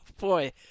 boy